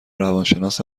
روانشناس